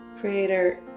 Creator